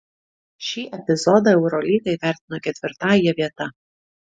šį epizodą eurolyga įvertino ketvirtąja vieta